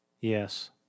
Yes